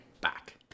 back